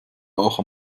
auch